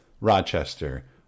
Rochester